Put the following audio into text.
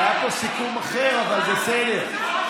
היה פה סיכום אחר, אבל בסדר.